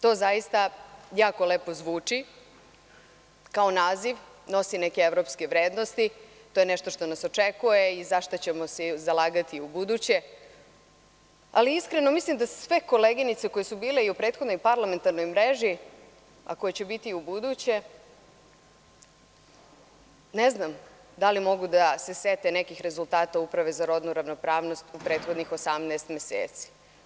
To zaista jako lepo zvuči, kao naziv nosi neke evropske vrednosti, to je nešto što nas očekuje i za šta ćemo se zalagati i ubuduće, ali, iskreno mislim da sve koleginice koje su bile i u prethodnoj parlamentarnoj mreži, a koje će biti i ubuduće, ne znam da li mogu da se sete nekih rezultata Uprave za rodnu ravnopravnost u prethodnih 18 meseci.